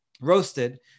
roasted